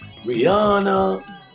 Rihanna